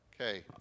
Okay